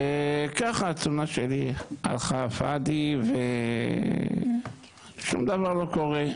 וככה התלונה שלי הלכה פאדי, ושום דבר לא קורה.